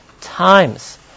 times